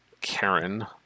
karen